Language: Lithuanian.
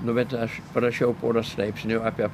nu bet aš parašiau porą straipsnių apie